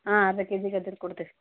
ಹಾಂ ಅರ್ಧ K G ಗಜ್ಜರಿ ಕೊಡ್ತೆ